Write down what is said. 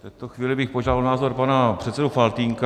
V této chvíli bych požádal o názor pana předsedu Faltýnka.